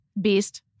beast